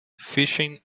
fishing